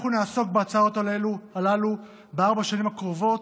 אנחנו נעסוק בהצעות הללו בארבע השנים הקרובות,